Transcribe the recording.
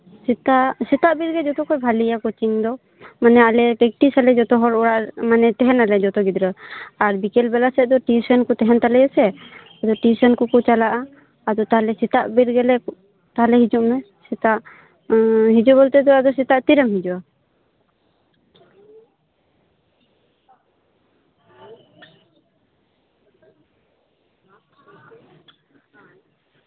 ᱥᱮᱛᱟᱜ ᱥᱮᱛᱟᱜ ᱵᱮᱨ ᱜᱮ ᱡᱚᱛᱚᱠᱷᱚᱱ ᱵᱷᱟᱞᱤᱭᱟ ᱠᱳᱪᱤᱝ ᱫᱚ ᱢᱟᱱᱮ ᱟᱞᱮ ᱯᱮᱠᱴᱤᱥᱟᱞᱮ ᱡᱚᱛᱚ ᱦᱚᱲ ᱚᱲᱟᱜ ᱨᱮ ᱢᱟᱱᱮ ᱛᱟᱦᱮᱱᱟᱞᱮ ᱡᱚᱛᱚ ᱜᱤᱫᱽᱨᱟᱹ ᱟᱨ ᱵᱤᱠᱮᱞ ᱵᱮᱞᱟ ᱥᱮᱫ ᱫᱚ ᱴᱤᱭᱩᱥᱚᱱ ᱠᱚ ᱛᱟᱦᱮᱱ ᱛᱟᱞᱮᱭᱟ ᱥᱮ ᱚᱱᱟ ᱴᱤᱭᱩᱥᱚᱱ ᱠᱚᱠᱚ ᱪᱟᱞᱟᱜᱼᱟ ᱟᱫᱚ ᱛᱟᱦᱞᱮ ᱥᱮᱛᱟᱜ ᱵᱮᱨ ᱜᱮ ᱛᱟᱦᱞᱮ ᱦᱤᱡᱩᱜ ᱢᱮ ᱩᱸ ᱦᱤᱡᱩᱜ ᱵᱚᱞᱛᱮ ᱫᱚ ᱥᱮᱛᱟᱜ ᱛᱤᱨᱮᱢ ᱦᱤᱡᱩᱜᱼᱟ